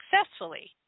Successfully